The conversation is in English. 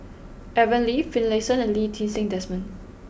Aaron Lee Finlayson and Lee Ti Seng Desmond